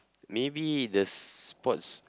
maybe the spots